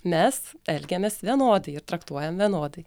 mes elgiamės vienodai ir traktuojam vienodai